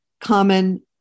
common